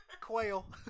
Quail